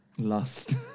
lust